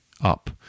up